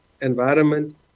environment